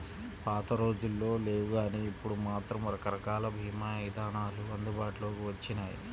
పాతరోజుల్లో లేవుగానీ ఇప్పుడు మాత్రం రకరకాల భీమా ఇదానాలు అందుబాటులోకి వచ్చినియ్యి